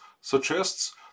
suggests